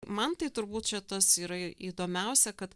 man tai turbūt čia tas yra įdomiausia kad